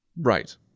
Right